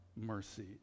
mercy